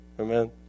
Amen